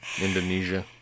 Indonesia